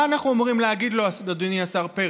מה אנחנו אמורים להגיד לו, אדוני השר פרץ?